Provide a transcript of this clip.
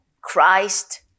Christ